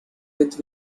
with